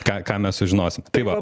ką ką mes sužinosim tai va